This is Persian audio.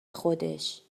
خودش